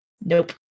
Nope